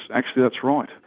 actually, that's right.